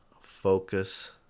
focus